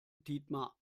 dietmar